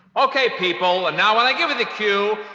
okay, people. and now, when i give you the cue,